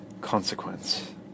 consequence